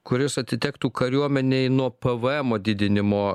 kuris atitektų kariuomenei nuo pėvėemo didinimo